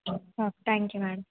thank you madam